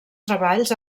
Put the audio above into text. treballs